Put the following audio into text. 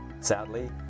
Sadly